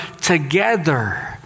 together